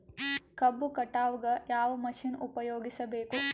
ಕಬ್ಬು ಕಟಾವಗ ಯಾವ ಮಷಿನ್ ಉಪಯೋಗಿಸಬೇಕು?